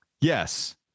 Yes